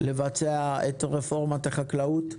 לבצע את רפורמת החקלאות.